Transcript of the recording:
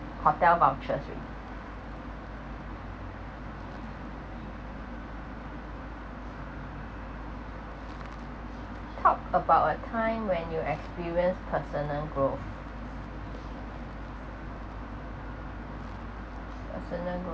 hotel vouchers already talk about a time when you experienced personal growth personal grow